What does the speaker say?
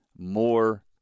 more